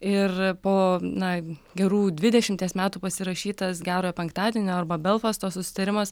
ir po na gerų dvidešimies metų pasirašytas gerojo penktadienio arba belfasto susitarimas